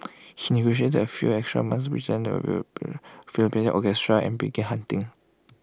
he negotiated A few extra months which Philadelphia orchestra and began hunting